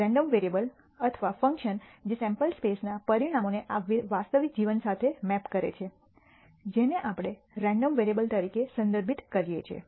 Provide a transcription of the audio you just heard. random variable અથવા function જે sample સ્પેસના પરિણામોને આ વાસ્તવિક જીવન સાથે મેપ કરે છે જેને આપણે રેન્ડમ વેરિયેબલ તરીકે સંદર્ભિત કરીએ છીએ